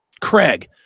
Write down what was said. Craig